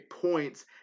points